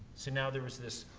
so now there was this,